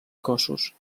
cossos